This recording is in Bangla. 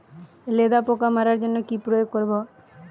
লেদা পোকা মারার জন্য কি প্রয়োগ করব?